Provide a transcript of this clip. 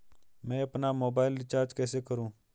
मैं अपना mobile recharge कैसे करूँ?